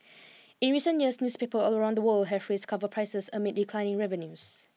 in recent years newspapers around the world have raised cover prices amid declining revenues